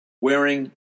wearing